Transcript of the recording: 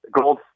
gold